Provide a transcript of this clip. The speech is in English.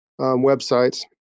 websites